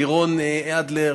גם לירון אדלר,